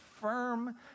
firm